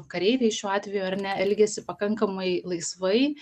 kareiviai šiuo atveju ar ne elgiasi pakankamai laisvai